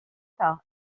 par